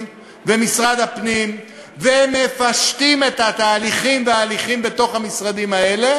ומשרד הפנים ומפשטים את התהליכים וההליכים בתוך המשרדים האלה,